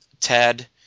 Ted